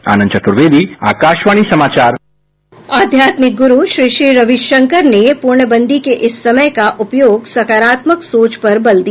आंनद चतुर्वेदी आकाशवाणी समाचार आध्यातमिक गुरू श्री श्री रविशंकर ने पूर्णबंदी के इस समय का उपयोग सकारात्मक सोच पर बल दिया